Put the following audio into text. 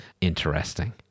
interesting